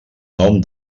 nom